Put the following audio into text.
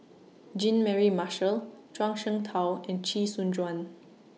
Jean Mary Marshall Zhuang Shengtao and Chee Soon Juan